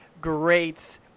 great